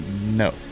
No